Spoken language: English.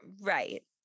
Right